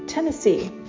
Tennessee